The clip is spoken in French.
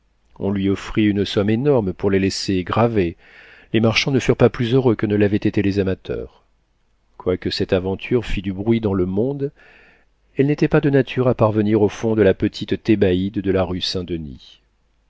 on lui offrit une somme énorme pour les laisser graver les marchands ne furent pas plus heureux que ne l'avaient été les amateurs quoique cette aventure fît du bruit dans le monde elle n'était pas de nature à parvenir au fond de la petite thébaïde de la rue saint-denis